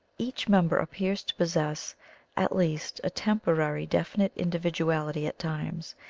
each member appears to possess at least a temporary defi nite individuality at times,